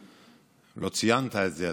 לא ציינת את זה,